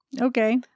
Okay